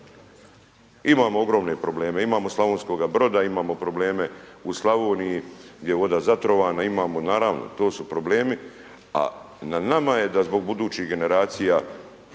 Imamo ogromne probleme, imamo Slavonskoga Broda, imamo probleme u Slavoniji gdje je voda zatrovana, naravno to su problemi, a na nama je da zbog budućih generacija